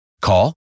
Call